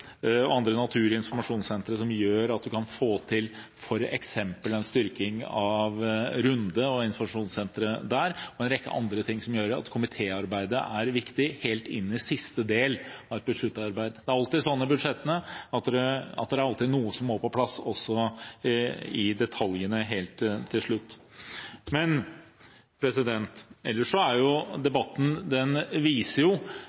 og andre naturinformasjonssentre som gjør at man f.eks. kan få til en styrking av informasjonssenteret på Runde, og en rekke andre ting som gjør at komitéarbeidet er viktig helt inn i siste del av budsjettarbeidet. Det er alltid slik i budsjettene, at det er noe som må på plass også i detaljene helt til slutt. Ellers viser debatten at det er